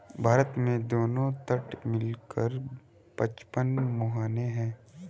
भारत में दोनों तट मिला कर पचपन मुहाने हैं